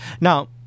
Now